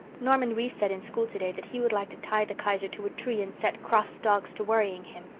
norman reese said in school to-day that he would like to tie the kaiser to a tree and set cross dogs to worrying him,